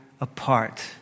apart